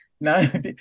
no